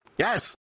Yes